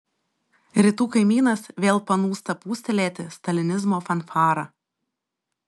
rytų kaimynas vėl panūsta pūstelėti stalinizmo fanfarą